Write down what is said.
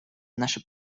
наше